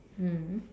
mm